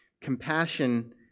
Compassion